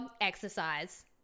exercise